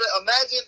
Imagine